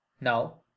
now